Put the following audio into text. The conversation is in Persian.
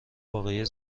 واقعی